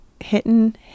Hitting